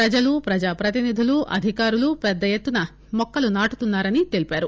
ప్రజలు ప్రజా ప్రతినిధులు అధికారులు పెద్ద ఎత్తున మొక్కలు నాటుతున్నారని తెలిపారు